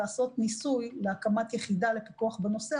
לעשות ניסוי להקמת יחידה לפיקוח בנושא,